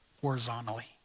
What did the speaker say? horizontally